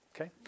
Okay